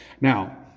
Now